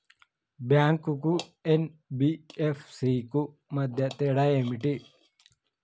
Bank కు NBFC కు మధ్య తేడా ఏమిటి?